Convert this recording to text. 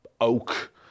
oak